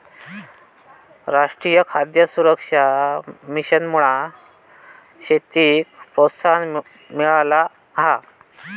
राष्ट्रीय खाद्य सुरक्षा मिशनमुळा शेतीक प्रोत्साहन मिळाला हा